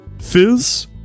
Fizz